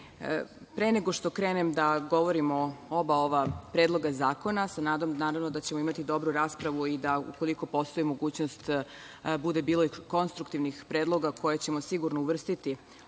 nego što krenem da govorim o oba ova predloga zakona, sa nadom naravno da ćemo imati dobru raspravu i da ukoliko postoji mogućnost bude bilo i konstruktivnih predloga koje ćemo sigurno uvrstiti